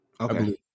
okay